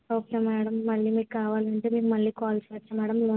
okay madam మళ్ళీ మీకు కావాలంటే మీరు మళ్ళీ కాల్ చేయవచ్చా మేడం లోన్